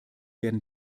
werden